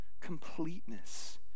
Completeness